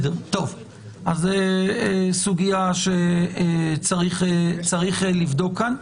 אז העמלה צריכה להיות נמוכה יותר.